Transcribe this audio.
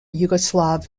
yugoslav